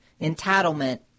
entitlement